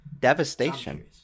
Devastation